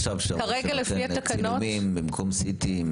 יש איזה מכשיר עכשיו --- שנותן צילומים במקום CT,